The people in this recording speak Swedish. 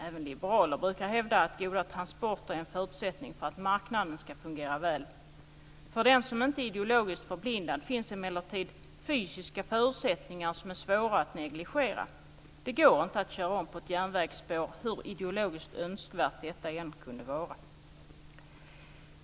Även liberaler brukar hävda att goda transporter är en förutsättning för att marknaden ska fungera väl. För den som inte är ideologiskt förblindad är det emellertid svårt att negligera vissa fysiska förutsättningar.